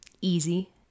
easy